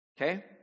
Okay